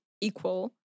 equal